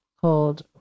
called